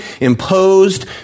imposed